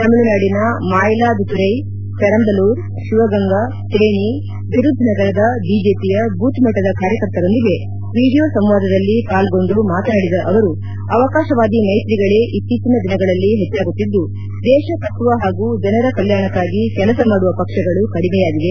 ತಮಿಳುನಾದಿನ ಮಾಯಿಲಾದುತರ್ವೆ ಪೆರಂಬಲೂರು ಶಿವಗಂಗಾ ತೇಣಿ ವಿರುದ್ನಗರದ ಬಿಜೆಪಿಯ ಬೂತ್ ಮಟ್ಲದ ಕಾರ್ಯಕರ್ತರೊಂದಿಗೆ ವಿದಿಯೋ ಸಂವಾದದಲ್ಲಿ ಪಾಲ್ಗೊಂಡು ಮಾತನಾದಿದ ಅವರು ಅವಕಾಶವಾದಿ ಮೈತ್ರಿಗಳೇ ಇತ್ತೀಚಿನ ದಿನಗಳಲ್ಲಿ ಹೆಚ್ಚಾಗುತ್ತಿದ್ಲು ದೇಶ ಕಟ್ಸುವ ಹಾಗೂ ಜನರ ಕಲ್ಯಾಣಕ್ಕಾಗಿ ಕೆಲಸ ಮಾದುವ ಪಕ್ಷಗಳು ಕೆಡಿಮೆಯಾಗಿವೆ